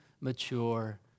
mature